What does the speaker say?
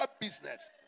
business